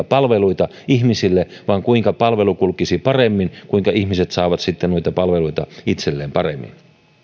palveluita ihmisille vaan siitä kuinka palvelu kulkisi paremmin ja kuinka ihmiset saavat sitten noita palveluita itselleen paremmin